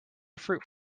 fruit